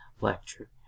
lecture